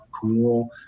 cool